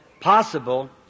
possible